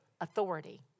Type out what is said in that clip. authority